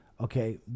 Okay